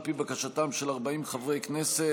על פי בקשתם של 40 חברי כנסת,